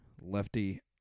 Lefty